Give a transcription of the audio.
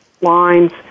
lines